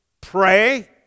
Pray